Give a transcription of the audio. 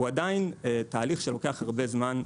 הוא עדיין תהליך שלוקח הרבה זמן.